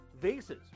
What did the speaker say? vases